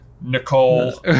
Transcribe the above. Nicole